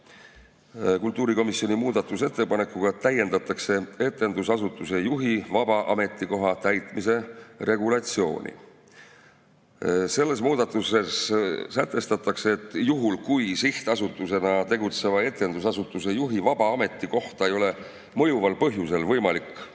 kultuurikomisjoni muudatusettepanekuga täiendatakse etendusasutuse juhi vaba ametikoha täitmise regulatsiooni. Selles muudatuses sätestatakse, et juhul kui sihtasutusena tegutseva etendusasutuse juhi vaba ametikohta ei ole mõjuval põhjusel võimalik